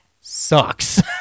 sucks